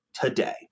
today